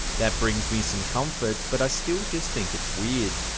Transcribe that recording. that brings me some comfort, but i still just think it's weird.